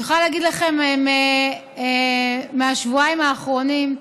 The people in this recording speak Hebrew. אני יכולה להגיד לכם, מהשבועיים האחרונים: